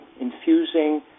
infusing